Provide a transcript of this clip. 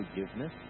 forgiveness